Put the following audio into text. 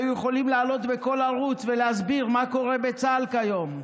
הם היו יכולים לעלות בכל ערוץ ולהסביר מה קורה בצה"ל כיום.